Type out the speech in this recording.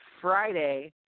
Friday